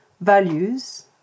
values